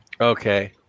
Okay